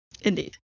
Indeed